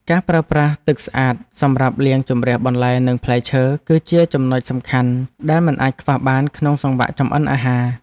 ការប្រើប្រាស់ទឹកស្អាតសម្រាប់លាងជម្រះបន្លែនិងផ្លែឈើ គឺជាចំណុចសំខាន់ដែលមិនអាចខ្វះបានក្នុងសង្វាក់ចម្អិនអាហារ។